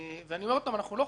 אנחנו לא חורגים.